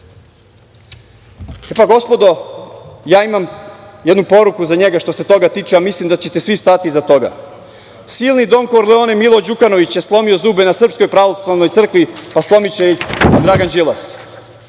mitropolitu? Gospodo, imam jednu poruku za njega što se toga tiče, a mislim da ćete svi stati iza toga. Silni don Korleone Milo Đukanović je slomio zube na Srpskoj pravoslavnoj crkvi, pa slomiće ih i Dragan Đilas.Za